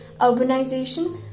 urbanization